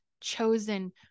chosen